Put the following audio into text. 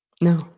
No